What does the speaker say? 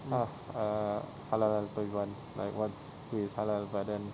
ah err halal lah so everyone like once it's halal but then